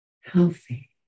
Healthy